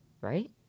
right